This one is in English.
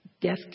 death